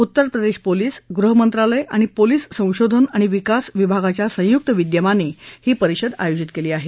उत्तर प्रदेश पोलिस गृह मंत्रालय आणि पोलिस संशोधन आणि विकास विभागाच्या संयुक्त विद्यमाने ही परिषद आयोजित केली आहे